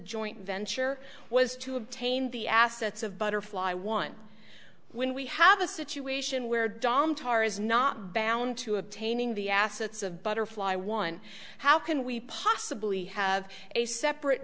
joint venture was to obtain the assets of butterfly one when we have a situation where dom tar is not bound to obtaining the assets of butterfly one how can we sibly have a separate